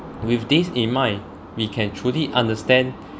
with this in mind we can truly understand